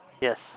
Yes